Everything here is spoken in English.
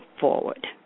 forward